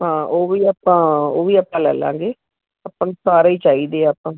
ਹਾਂ ਉਹ ਵੀ ਆਪਾਂ ਉਹ ਵੀ ਆਪਾਂ ਲੈ ਲਾਂਗੇ ਆਪਾਂ ਨੂੰ ਸਾਰੇ ਹੀ ਚਾਹੀਦੇ ਆ ਆਪਾਂ